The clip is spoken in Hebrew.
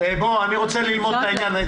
אני רוצה ללמוד את העניין.